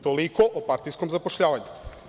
Toliko o partijskom zapošljavanju.